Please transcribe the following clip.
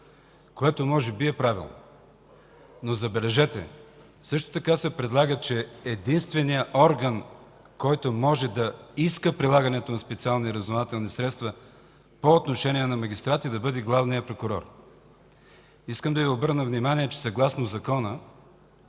което може би е правилно, но, забележете, също така се предлага, че единственият орган, който може да иска прилагането на специални разузнавателни средства по отношение на магистрати, да бъде главният прокурор. Искам да Ви обърна внимание, че съгласно Закона